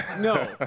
no